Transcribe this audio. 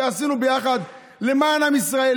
ועשינו ביחד למען עם ישראל,